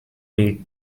read